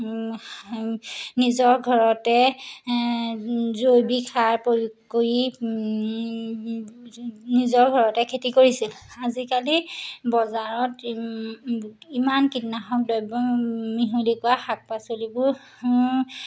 নিজৰ ঘৰতে জৈৱিক সাৰ প্ৰয়োগ কৰি নিজৰ ঘৰতে খেতি কৰিছিল আজিকালি বজাৰত ইমান কীটনাশক দ্ৰব্য মিহলি কৰা শাক পাচলিবোৰ